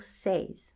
says